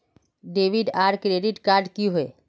Debit आर credit card की होय?